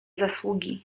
zasługi